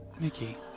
Mickey